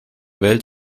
welt